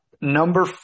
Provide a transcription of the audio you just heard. number